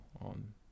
on